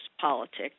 politics